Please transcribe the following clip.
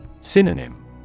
Synonym